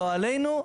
לא עלינו,